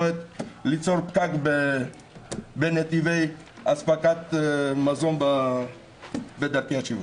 ליצור פקק בנתיבי אספקת מזון בדרכי השירות.